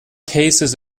cases